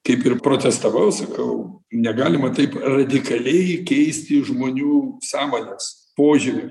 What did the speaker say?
kaip ir protestavau sakau negalima taip radikaliai keisti žmonių sąmonės požiūrių